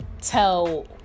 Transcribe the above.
tell